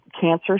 cancer